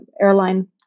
airline